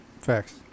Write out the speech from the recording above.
Facts